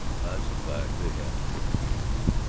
that's a fact, they haven't, he breathed,